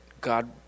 God